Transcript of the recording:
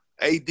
ad